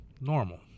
normal